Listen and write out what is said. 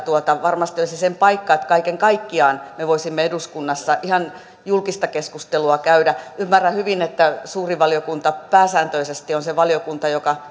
varmasti olisi sen paikka että kaiken kaikkiaan me voisimme eduskunnassa ihan julkista keskustelua käydä ymmärrän hyvin että suuri valiokunta pääsääntöisesti on se valiokunta joka